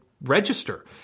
register